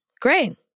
great